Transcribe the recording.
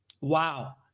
Wow